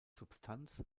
substanz